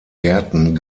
gärten